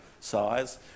size